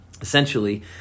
Essentially